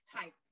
type